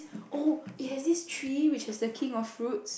oh it has this tree which is the King of Fruits